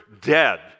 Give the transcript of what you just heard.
dead